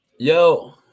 yo